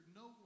no